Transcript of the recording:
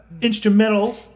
instrumental